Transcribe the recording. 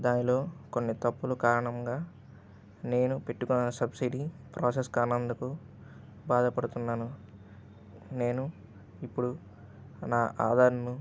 దానిలో కొన్ని తప్పులు కారణంగా నేను పెట్టుకున్న సబ్సీడీ ప్రాసెస్ కానందుకు బాధపడుతున్నాను నేను ఇప్పుడు నా ఆధార్ను